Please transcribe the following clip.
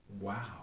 Wow